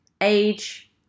age